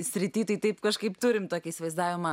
srityje tai taip kažkaip turime tokį įsivaizdavimą